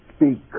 Speak